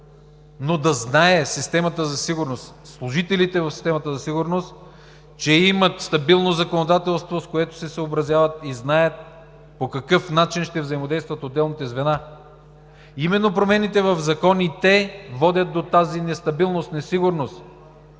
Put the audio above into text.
но да знае системата за сигурност, служителите в системата за сигурност, че имат стабилно законодателство, с което се съобразяват, и знаят по какъв начин ще взаимодействат отделните звена. Именно промените в законите водят до тази нестабилност, несигурност